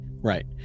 Right